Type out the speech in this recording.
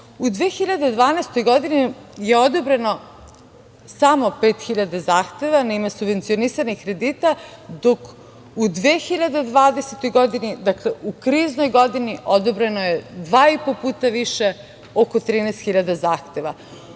u 2012. godini je odobreno samo 5.000 zahteva na ime subvencionisanih kredita, dok u 2020. godini, dakle, u kriznoj godini, odobreno je dva i po puta više, oko 13.000 zahteva.